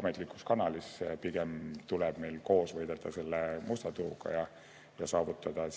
ametlikus kanalis, pigem tuleb meil koos võidelda musta turuga ja saavutada